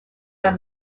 pas